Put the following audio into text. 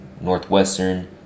Northwestern